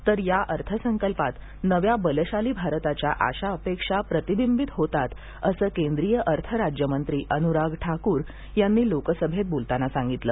तर या अर्थसंकल्पात नव्या बलशाली भारताच्या आशा अपेक्षा प्रतिबिंबित होतात असं केंद्रीय अर्थ राज्य मंत्री अनुराग ठाकूर यांनी लोकसभेत बोलताना सांगितलं